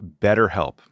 BetterHelp